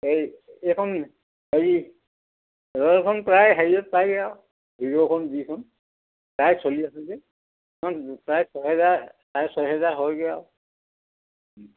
এই এইখন হেৰি ৰেঞ্জাৰখন প্ৰায় হেৰিয়ত পায়গৈ আৰু হিৰ'খন যিখন প্ৰায় চলি আছে যে সেইখন প্ৰায় ছহেজাৰ প্ৰায় ছহেজাৰ হয়গৈ আৰু